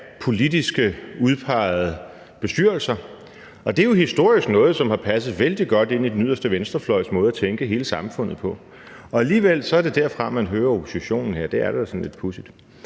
politisk udpegede bestyrelser. Det er jo historisk noget, der har passet vældig godt ind i den yderste venstrefløjs måde at tænke hele samfundet på. Alligevel er det derfra, man hører oppositionen. Det er da sådan lidt pudsigt.